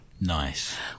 Nice